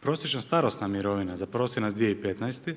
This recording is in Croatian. Prosječna starosna mirovina za prosinac 2015.